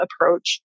approach